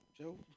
Joe